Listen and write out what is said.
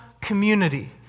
community